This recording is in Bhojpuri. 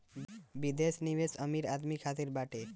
विदेश निवेश अमीर आदमी खातिर बाटे